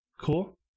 cool